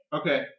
okay